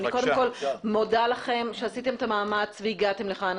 אני מודה לכם שעשיתם את המאמץ והגעתם לכאן.